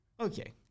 Okay